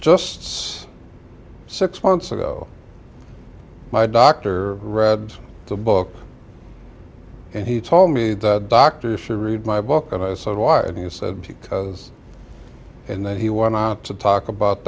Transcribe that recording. so six months ago my doctor read the book and he told me that doctors should read my book and i said why and he said because and then he went out to talk about